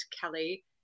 Kelly